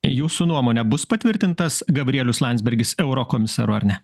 jūsų nuomone bus patvirtintas gabrielius landsbergis eurokomisaru ar ne